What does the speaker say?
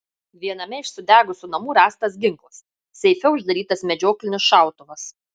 viename iš sudegusių namų rastas ginklas seife uždarytas medžioklinis šautuvas